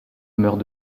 meurt